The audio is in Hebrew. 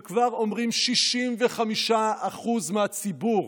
וכבר אומרים 65% מהציבור